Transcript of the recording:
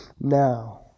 now